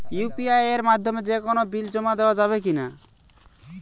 UPI এর মাধ্যমে যে কোনো বিল জমা দেওয়া যাবে কি না?